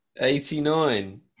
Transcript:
eighty-nine